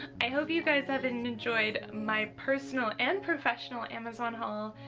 i hope you guys have enjoyed my personal and professional amazon haul,